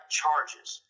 charges